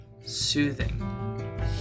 soothing